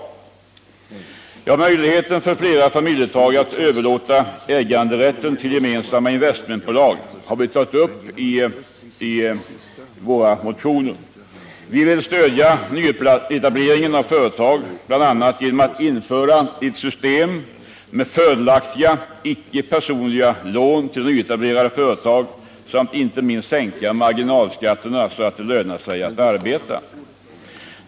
I våra motioner har vi tagit upp möjligheten för flera familjeföretag att överlåta ägenderätten till gemensamma investmentbolag. Vi vill stödja nyetableringen av företag, bl.a. genom att införa ett system med fördelaktiga, icke personliga, lån till nyetablerade företag samt inte minst sänka marginalskatten så att det lönar sig att arbeta.